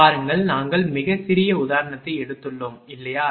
பாருங்கள் நாங்கள் மிகச் சிறிய உதாரணத்தை எடுத்துள்ளோம் இல்லையா